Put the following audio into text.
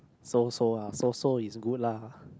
so so ah so so is good lah